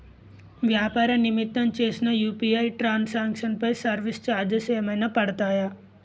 వ్యాపార నిమిత్తం చేసిన యు.పి.ఐ ట్రాన్ సాంక్షన్ పై సర్వీస్ చార్జెస్ ఏమైనా పడతాయా?